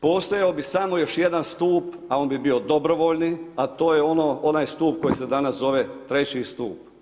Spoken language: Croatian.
Postojao bi još samo jedan stup a on bi bio dobrovoljni a to je onaj stup koji se danas zove treći stup.